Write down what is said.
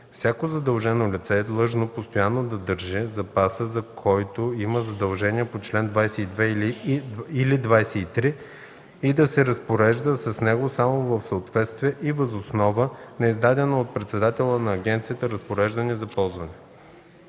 Всяко задължено лице е длъжно постоянно да държи запаса, за който има задължения по чл. 22 или 23, и да се разпорежда с него само в съответствие и въз основа на издадено от председателя на агенцията разпореждане за ползване.”